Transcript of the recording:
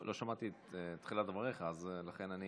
לא שמעתי את תחילת דבריך אז לכן אני